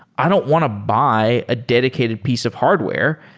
i don't want to buy a dedicated piece of hardware.